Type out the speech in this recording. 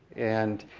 and,